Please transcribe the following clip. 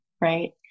Right